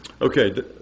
Okay